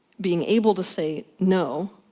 being able to say no.